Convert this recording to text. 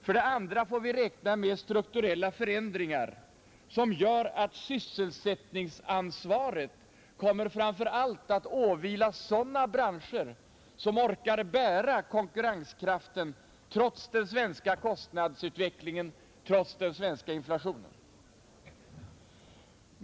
För det andra får vi räkna med strukturella förändringar som gör att sysselsättningsansvaret framför allt kommer att åvila sådana branscher som orkar upprätthålla konkurrenskraften trots den svenska kostnadsutvecklingen, trots den svenska inflationen.